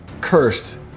cursed